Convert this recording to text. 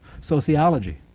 sociology